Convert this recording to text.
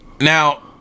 Now